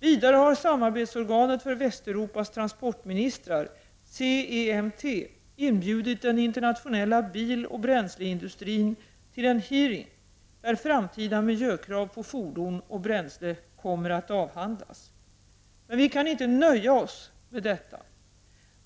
Vidare har samarbetsorganet för Västeuropas transportministrar, CEMT, inbjudit den internationella biloch bränsleindustrin till en hearing där framtida miljökrav på fordon och bränsle kommer att avhandlas. Men vi kan inte nöja oss med detta.